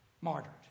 Martyred